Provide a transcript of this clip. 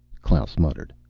klaus muttered.